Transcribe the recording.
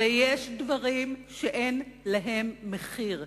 ויש דברים שאין להם מחיר.